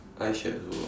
eyeshadow ah